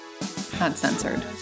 Uncensored